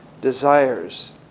desires